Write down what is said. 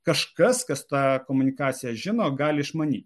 kažkas kas tą komunikaciją žino gali išmanyti